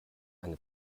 eine